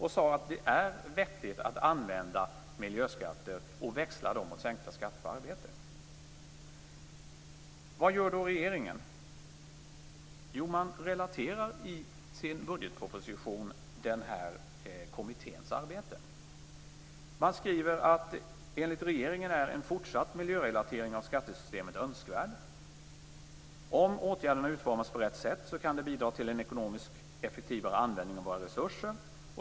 Vi sade att det är vettigt att använda miljöskatter och att växla dem mot sänkta skatter på arbete. Vad gör då regeringen? Jo, man relaterar i sin budgetproposition till kommitténs arbete. Man skriver: Enligt regeringen är en fortsatt miljörelatering av skattesystemet önskvärd. Om åtgärderna utformas på rätt sätt kan de bidra till en ekonomisk, effektivare användning av våra resurser.